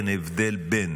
אין הבדל בין